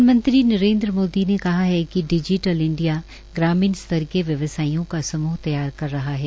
प्रधानमंत्री नरेंद्र मोदी ने कहा कि डिजटिल इंडिया ग्रामीण स्तर के व्यवसायियों का समूह तैयार कर रहा है